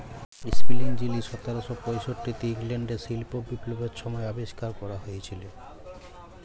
spinning যিলি সতের শ পয়ষট্টিতে ইংল্যাল্ডে শিল্প বিপ্লবের ছময় আবিষ্কার ক্যরা হঁইয়েছিল